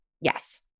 Yes